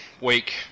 week